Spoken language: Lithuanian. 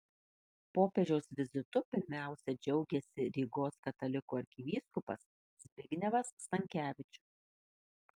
popiežiaus vizitu pirmiausia džiaugėsi rygos katalikų arkivyskupas zbignevas stankevičius